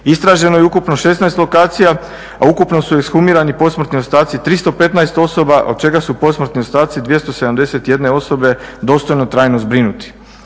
Istražen je ukupno 16 lokacija, a ukupno su ekshumirani posmrtni ostaci 315 osoba, od čega su posmrtni ostaci 271 osobe dostojno trajno zbrinuti.